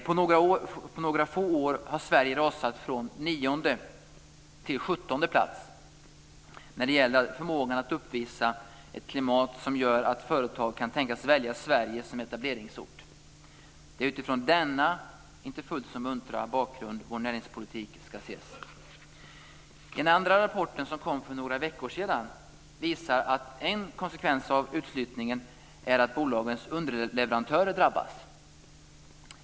På några få år har Sverige rasat från nionde till sjuttonde plats när det gäller förmågan att uppvisa ett klimat som gör att företag kan tänkas välja Sverige som etableringsort. Det är utifrån denna, inte fullt så muntra, bakgrund vår näringspolitik ska ses. Den andra rapporten, som kom för några veckor sedan, visar att en konsekvens av utflyttningen är att bolagens underleverantörer drabbas.